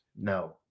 no